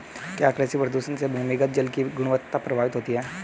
क्या कृषि प्रदूषण से भूमिगत जल की गुणवत्ता प्रभावित होती है?